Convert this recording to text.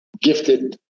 gifted